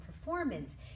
performance